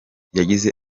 yagize